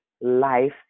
life